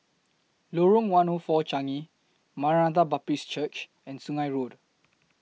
Lorong one O four Changi Maranatha Baptist Church and Sungei Road